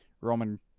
Roman